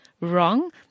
wrong